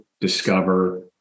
discover